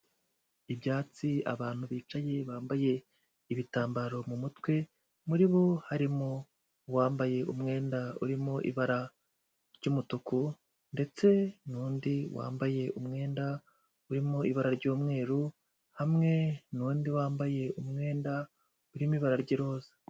Ibyatsi abantu bicaye bambaye ibitambaro mu mutwe, muri bo harimo uwambaye umwenda urimo ibara ry'umutuku ndetse n'undi wambaye umwenda urimo ibara ry'umweru, hamwe n'undi wambaye umwenda urimo ibara ry'iroza.